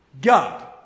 God